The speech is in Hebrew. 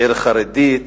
עיר חרדית,